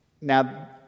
Now